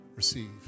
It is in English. receive